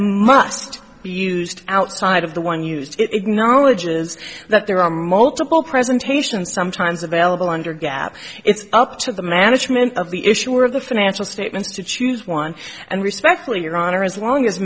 must be used outside of the one used it knowledge is that there are multiple presentations sometimes available under gap it's up to the management of the issuer of the financial statements to choose one and respectfully your honor as long as